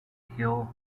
hill